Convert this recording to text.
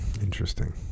interesting